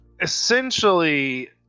essentially